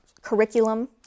curriculum